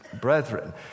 brethren